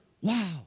wow